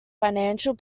financial